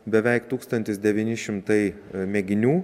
beveik tūkstantis devyni šimtai mėginių